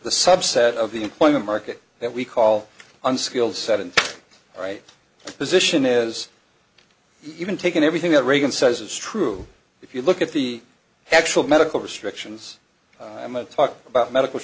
the subset of the employment market that we call unskilled sat in right position is even taken everything that reagan says is true if you look at the actual medical restrictions i'm going to talk about medical